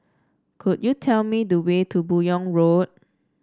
could you tell me the way to Buyong Road